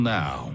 now